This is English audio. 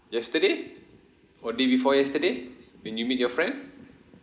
yesterday or day before yesterday when you meet your friend